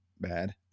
bad